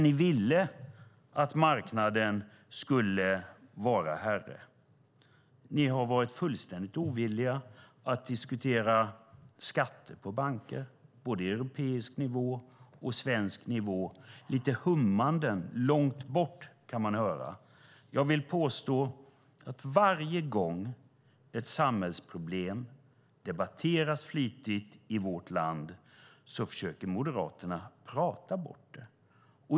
Ni ville att marknaden skulle vara herre. Ni har varit fullständigt ovilliga att diskutera skatter på banker på både europeisk och svensk nivå. Man kan höra lite hummanden långt bort. Varje gång ett samhällsproblem debatteras flitigt i vårt land försöker Moderaterna prata bort det.